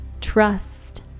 Trust